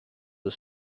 the